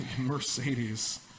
Mercedes